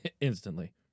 Instantly